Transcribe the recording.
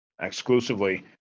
exclusively